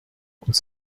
uns